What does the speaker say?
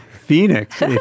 Phoenix